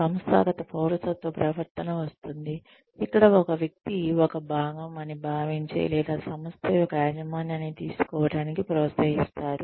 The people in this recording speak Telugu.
సంస్థాగత పౌరసత్వ ప్రవర్తన వస్తుంది ఇక్కడ ఒక వ్యక్తి ఒక భాగం అని భావించే లేదా సంస్థ యొక్క యాజమాన్యాన్ని తీసుకోవటానికి ప్రోత్సహిస్తారు